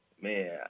man